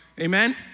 Amen